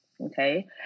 Okay